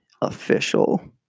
official